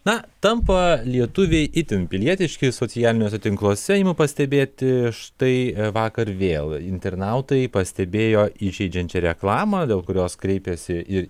na tampa lietuviai itin pilietiški socialiniuose tinkluose imu pastebėti tai vakar vėl internautai pastebėjo įžeidžiančią reklamą dėl kurios kreipėsi ir